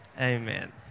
Amen